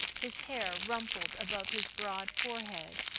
his hair rumpled above his broad forehead.